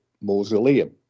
mausoleum